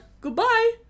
Goodbye